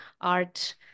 art